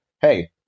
hey